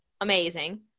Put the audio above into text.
amazing